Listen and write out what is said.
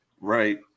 Right